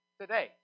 today